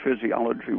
physiology